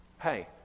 Hey